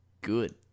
good